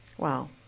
Wow